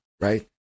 right